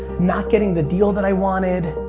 not getting the deal that i wanted.